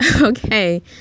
Okay